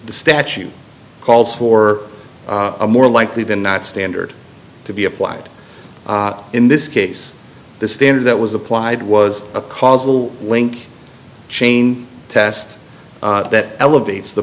the statute calls for a more likely than not standard to be applied in this case the standard that was applied was a causal link chain test that elevates the